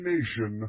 Nation